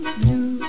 blue